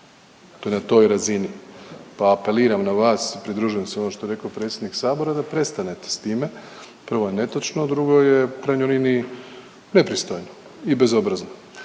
to je na toj razini, pa apeliram na vas i pridružujem se onom što je rekao predsjednik sabora da prestanete s time, prvo je netočno, a drugo je u krajnjoj liniji nepristojno i bezobrazno,